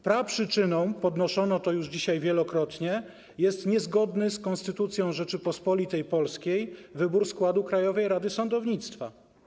Praprzyczyną - podnoszono to już dzisiaj wielokrotnie - jest niezgodny z Konstytucją Rzeczypospolitej Polskiej wybór składu Krajowej Rady Sądownictwa.